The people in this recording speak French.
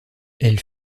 elle